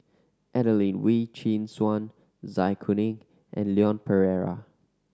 Adelene Wee Chin Suan Zai Kuning and Leon Perera